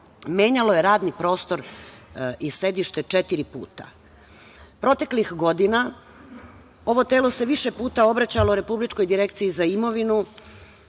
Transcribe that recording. menjalo je radni prostor i sedište četiri puta. Proteklih godina ovo telo se više puta obraćalo Republičkoj direkciji za imovinu,